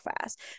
fast